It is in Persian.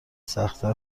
سختتر